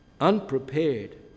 unprepared